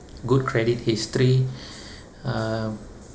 good credit history uh